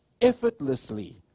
Effortlessly